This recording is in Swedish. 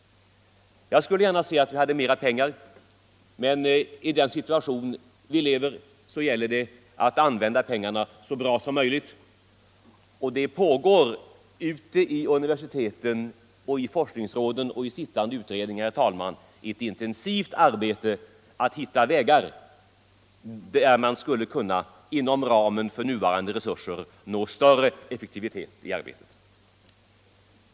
Jag skulle gärna se att vi hade mer pengar, men i den situation som vi befinner oss i gäller det att använda pengarna så bra som möjligt. Det pågår ute vid universiteten, i forskningsråden och i sittande utredningar, herr talman, ett intensivt arbete för att finna vägar att inom ramen för nuvarande resurser kunna nå större effektivitet i arbetet.